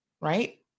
right